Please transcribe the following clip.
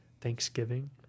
thanksgiving